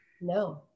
No